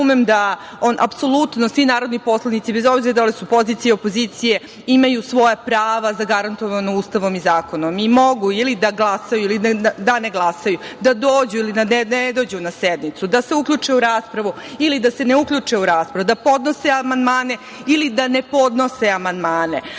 razumem da apsolutno svi narodni poslanici, bez obzira da li su pozicija ili opozicija, imaju svoja prava zagarantovana Ustavom i zakonom i mogu ili da glasaju ili da ne glasaju, da dođu ili da ne dođu na sednicu, da se uključe u raspravu ili da se ne uključe u raspravu, da podnose amandmane ili da ne podnose amandmane,